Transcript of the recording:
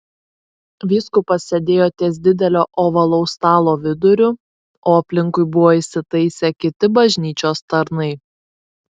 vyskupas sėdėjo ties didelio ovalaus stalo viduriu o aplinkui buvo įsitaisę kiti bažnyčios tarnai